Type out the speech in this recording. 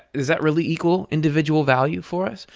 does that really equal individual value for us?